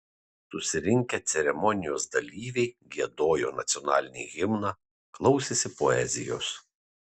susirinkę ceremonijos dalyviai giedojo nacionalinį himną klausėsi poezijos